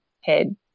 head